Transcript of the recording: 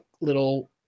little